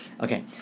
Okay